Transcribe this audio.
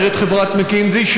אומרת חברת מקינזי,